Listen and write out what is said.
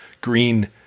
green